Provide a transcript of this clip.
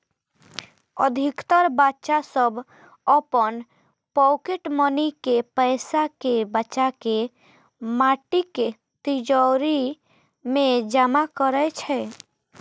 अधिकतर बच्चा सभ अपन पॉकेट मनी के पैसा कें बचाके माटिक तिजौरी मे जमा करै छै